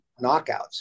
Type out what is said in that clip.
knockouts